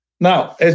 Now